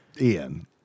Ian